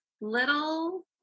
little